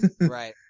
right